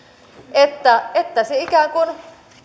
että että se ikään kuin